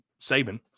Saban